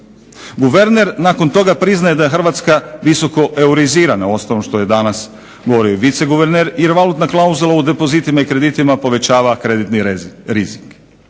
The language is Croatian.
Guverner nakon toga priznaje da je Hrvatska visoko eurizirana, uostalom što je danas govorio i viceguverner jer valutna klauzula u depozitima i kreditima povećava kreditni rizik.